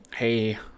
Hey